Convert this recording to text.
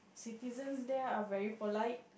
citizens there are very polite